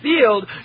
field